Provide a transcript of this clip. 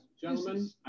gentlemen